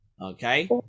Okay